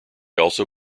also